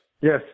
Yes